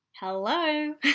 hello